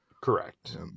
Correct